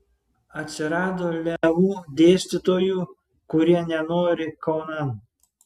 atsirado leu dėstytojų kurie nenori kaunan